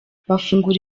bafungura